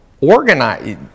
Organize